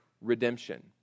redemption